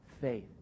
faith